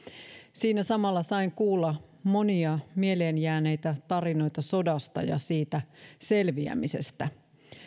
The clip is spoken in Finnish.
siinä samalla sain kuulla monia mieleen jääneitä tarinoita sodasta ja siitä selviämisestä